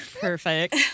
Perfect